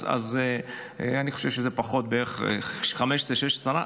אז אני חושב שזה פחות, בערך 15, 16 שנה.